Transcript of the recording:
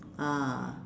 ah